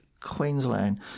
Queensland